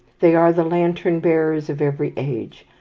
they are the lantern-bearers of every age,